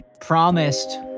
promised